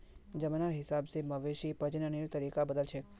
जमानार हिसाब से मवेशी प्रजननेर तरीका बदलछेक